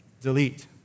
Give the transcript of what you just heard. delete